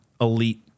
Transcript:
elite